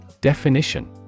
Definition